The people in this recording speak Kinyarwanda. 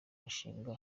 bushinwa